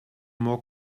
more